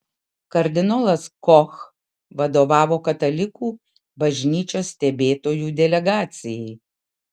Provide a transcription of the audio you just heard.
kardinolas koch vadovavo katalikų bažnyčios stebėtojų delegacijai